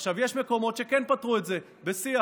עכשיו יש מקומות שכן פתרו את זה בשיח.